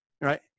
right